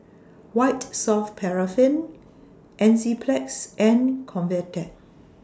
White Soft Paraffin Enzyplex and Convatec